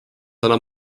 annab